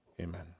Amen